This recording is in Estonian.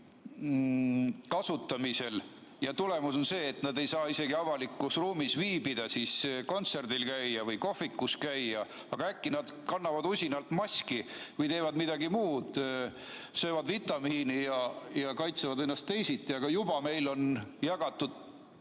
kasutamisel, aga tulemus on see, et nad ei saa isegi avalikus ruumis viibida, kontserdil või kohvikus käia. Äkki nad kannavad usinalt maski või teevad midagi muud, söövad vitamiine ja kaitsevad ennast teisiti, aga juba on meil jagatud: